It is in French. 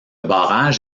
barrage